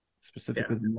specifically